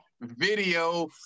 video